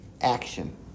action